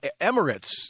Emirates